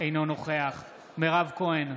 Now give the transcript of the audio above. אינו נוכח מירב כהן,